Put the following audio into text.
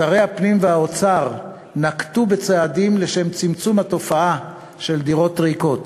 שרי הפנים והאוצר נקטו צעדים לשם צמצום התופעה של דירות ריקות.